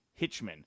Hitchman